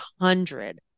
hundred